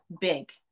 big